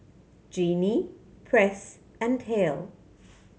Genie Press and Hale